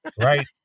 Right